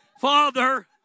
Father